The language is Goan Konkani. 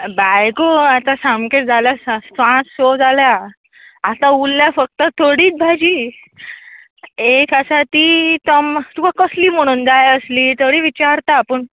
बाय गो आतां सामकें जाला पांच स जाल्या आतां उरल्या फकत थोडीच भाजी एक आसा ती तोम तुका कसली म्हुणून जाय आसली तरी विचारता पूण